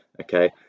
okay